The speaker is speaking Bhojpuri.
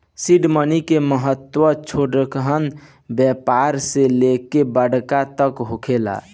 सीड मनी के महत्व छोटहन व्यापार से लेके बड़का तक होखेला